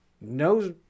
knows